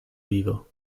vivo